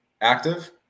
Active